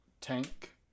tank